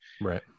Right